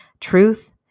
truth